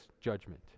judgment